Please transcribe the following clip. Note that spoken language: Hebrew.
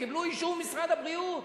קיבלו אישור ממשרד הבריאות,